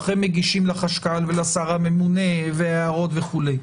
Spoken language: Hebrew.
הם מגישים לחשב הכללי ולשר הממונה ויש הערות וכולי.